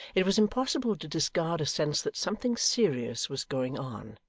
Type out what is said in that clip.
it was impossible to discard a sense that something serious was going on,